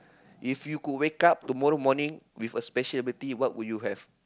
if you could wake up tomorrow morning with a special ability what would you have